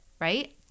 right